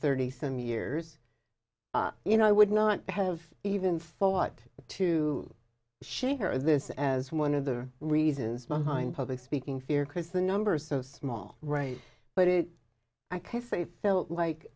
thirty some years you know i would not have even thought to share this as one of the reasons behind public speaking fear because the numbers are so small right but it i k f a felt like